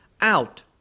out